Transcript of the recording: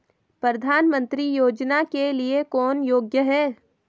प्रधानमंत्री योजना के लिए कौन योग्य है?